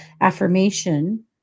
affirmation